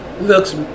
looks